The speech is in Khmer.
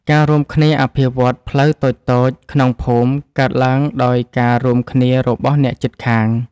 ការរួមគ្នាអភិវឌ្ឍផ្លូវតូចៗក្នុងភូមិកើតឡើងដោយការរួមគ្នារបស់អ្នកជិតខាង។